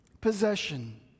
possession